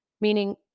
Meaning